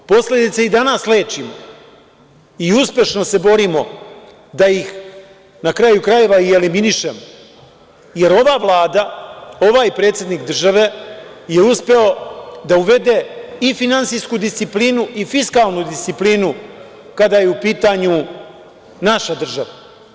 Posledice i danas lečimo i uspešno se borimo da ih, na kraju krajeva, i eliminišemo, jer ova Vlada, ovaj predsednik države je uspeo da uvede i finansijsku disciplinu i fiskalnu disciplinu kada je u pitanju naša država.